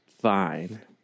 fine